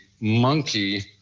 monkey